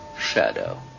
shadow